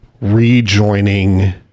rejoining